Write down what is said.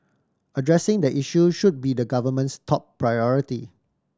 addressing the issue should be the government's top priority